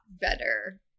better